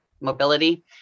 mobility